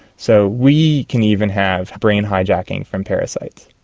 so we can even have brain hijacking from parasites.